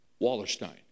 Wallerstein